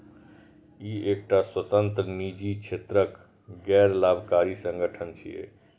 ई एकटा स्वतंत्र, निजी क्षेत्रक गैर लाभकारी संगठन छियै